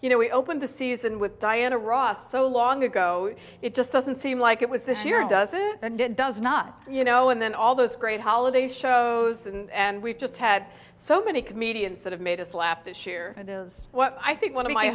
you know we opened the season with diana ross so long ago it just doesn't seem like it was this year it doesn't and it does not you know and then all those great holiday shows and we've just had so many comedians that have made us laugh this year it is what i think one of my